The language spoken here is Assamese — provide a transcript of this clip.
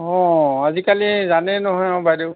অঁ আজি কালি জানেই নহয় আৰু বাইদেউ